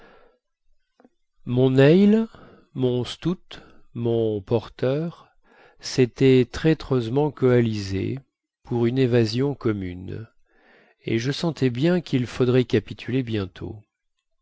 mon ale mon stout mon porter sétaient traîtreusement coalisés pour une évasion commune et je sentais bien quil faudrait capituler bientôt